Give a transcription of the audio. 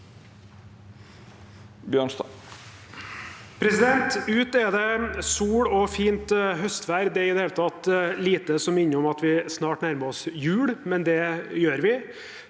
Ute er det sol og fint høstvær. Det er i det hele tatt lite som minner om at vi snart nærmer oss jul, men det gjør vi.